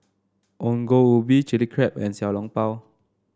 Ongol Ubi Chilli Crab and Xiao Long Bao